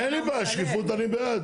אין לי בעיה, שקיפות אני בעד.